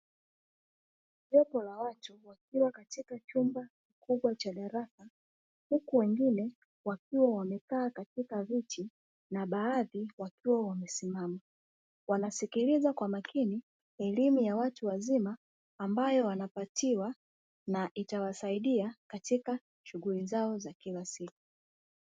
Jopo la watu wakiwa katika chumba kikubwa cha darasa. Huku wengine wakiwa wamekaa katika viti na baadhi wakiwa wamesimama. Wanasikiliza kwa makini elimu ya watu wazima ambayo wanapatiwa na itawasaidia katika shughuli zao za kila siku.